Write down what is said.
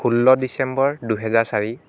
ষোল্ল ডিচেম্বৰ দুহেজাৰ চাৰি